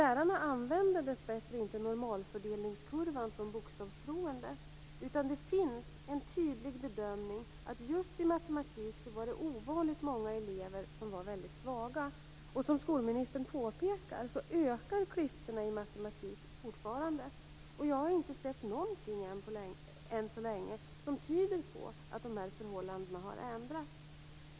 Lärarna använde dessbättre inte normalfördelningskurvan som bokstavstroende, utan det fanns en tydlig bedömning att det just i matematik var ovanligt många elever som var väldigt svaga. Som skolministern påpekar ökar klyftorna i matematik fortfarande, och jag har inte sett någonting än så länge som tyder på att förhållandena har ändrats.